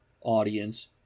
audience